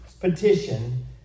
petition